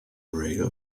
rail